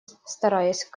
стараясь